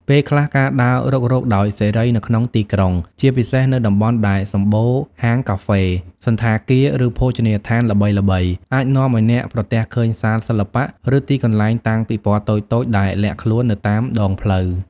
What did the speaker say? ពេលខ្លះ ការដើររុករកដោយសេរីនៅក្នុងទីក្រុង ជាពិសេសនៅតំបន់ដែលសម្បូរហាងកាហ្វេ សណ្ឋាគារ ឬភោជនីយដ្ឋានល្បីៗ អាចនាំឲ្យអ្នកប្រទះឃើញសាលសិល្បៈ ឬទីកន្លែងតាំងពិពណ៌តូចៗដែលលាក់ខ្លួននៅតាមដងផ្លូវ។